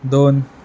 दोन